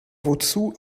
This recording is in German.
wozu